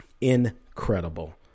Incredible